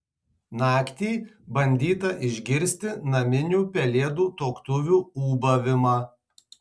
naktį bandyta išgirsti naminių pelėdų tuoktuvių ūbavimą